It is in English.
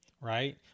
Right